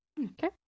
Okay